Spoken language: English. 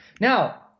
Now